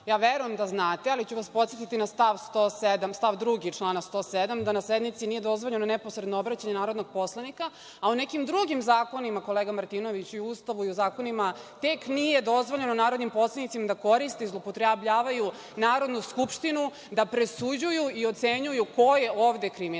Verujem da znate, ali ću vas podsetiti na stav 2. člana 107. – na sednici nije dozvoljeno neposredno obraćanje narodnog poslanika, a u nekim drugim zakonima, kolega Martinoviću, i u Ustavu i u zakonima tek nije dozvoljeno narodnim poslanicima da koriste i zloupotrebljavaju Narodnu skupštinu da presuđuju i ocenjuju ko je ovde kriminalac,